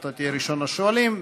אתה תהיה ראשון השואלים,